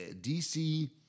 DC